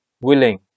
Willing